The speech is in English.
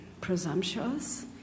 presumptuous